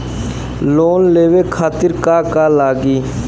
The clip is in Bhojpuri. लोन लेवे खातीर का का लगी?